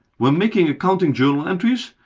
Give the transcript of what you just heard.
when making accounting journal entries,